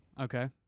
Okay